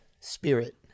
spirit